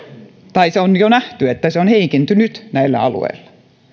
se on jo nähty että se on heikentynyt näillä alueilla